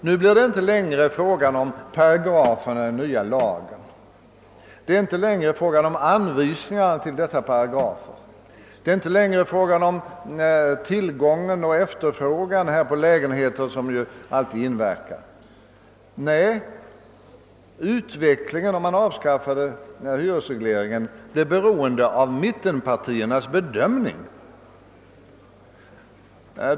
Nu inverkar inte paragraferna i den nya lagen eller tillgång och efterfrågan på lägenheter, som ju alltid inverkar på bostadsmarknaden. Nej, utvecklingen skulle vid ett avskaffande av hyresregleringen bli beroende av mittenpartiernas bedömning.